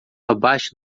abaixo